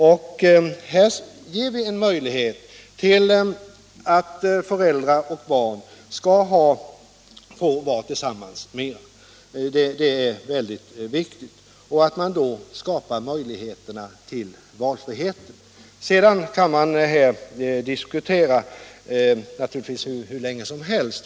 Vi ger nu en möjlighet för föräldrar och barn att få vara mer tillsammans. Det är mycket viktigt att man då skapar möjligheter till valfrihet. Man kan naturligtvis diskutera dessa frågor hur länge som helst.